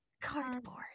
cardboard